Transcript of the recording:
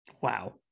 Wow